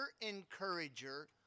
Encourager